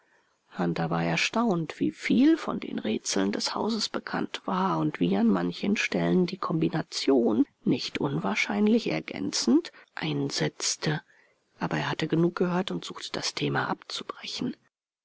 war erstaunt wie viel von den rätseln des hauses bekannt war und wie an manchen stellen die kombination nicht unwahrscheinlich ergänzend einsetzte aber er hatte genug gehört und suchte das thema abzubrechen